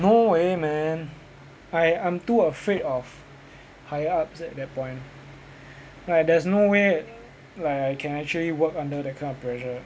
no way man I I'm too afraid of higher-ups at that point like there's no way like I can actually work under that kind of pressure